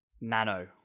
Nano